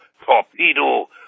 torpedo